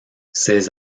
ces